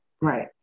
right